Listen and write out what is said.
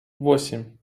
восемь